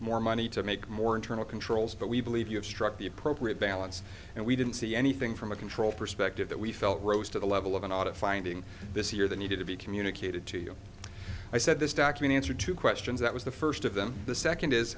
more money to make more internal controls but we believe you have struck the appropriate balance and we didn't see anything from a control perspective that we felt rose to the level of an audit finding this year that needed to be communicated to you i said this document answer to question that was the first of them the second is